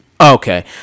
Okay